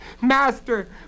Master